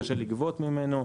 קשה לגבות ממנו,